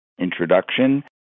introduction